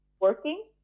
working